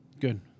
Good